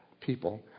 people